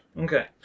Okay